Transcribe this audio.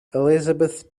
elizabeth